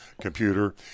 computer